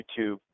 YouTube